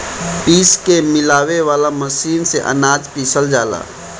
पीस के मिलावे वाला मशीन से अनाज पिसल जाला